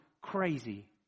crazy